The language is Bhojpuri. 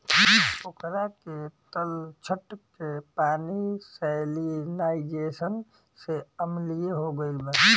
पोखरा के तलछट के पानी सैलिनाइज़ेशन से अम्लीय हो गईल बा